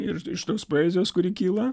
ir iš tos poezijos kuri kyla